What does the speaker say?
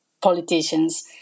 politicians